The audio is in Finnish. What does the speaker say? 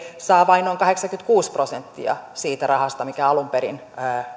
saa vain noin kahdeksankymmentäkuusi prosenttia siitä rahasta mikä alun perin